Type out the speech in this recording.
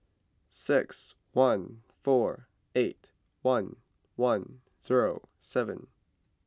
six one four eight one one zero seven